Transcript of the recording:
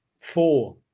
four